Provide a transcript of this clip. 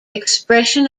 expression